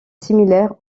similaires